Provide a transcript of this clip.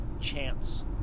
chance